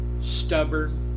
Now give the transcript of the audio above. stubborn